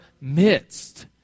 midst